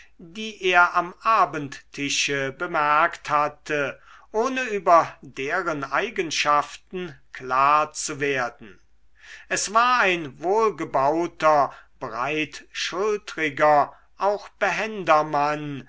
die er am abendtische bemerkt hatte ohne über deren eigenschaften klar zu werden es war ein wohlgebauter breitschultriger auch behender mann